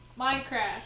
Minecraft